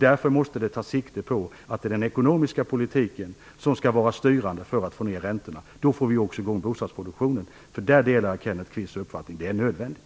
Därför måste vi ta sikte på att styra den ekonomiska politiken så att vi får ned räntorna. Då får vi också i gång bostadsproduktionen. Jag delar Kenneth Kvists uppfattning om att det är nödvändigt.